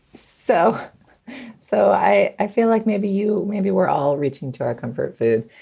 so so i i feel like maybe you maybe we're all reaching to our comfort food.